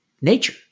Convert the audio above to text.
nature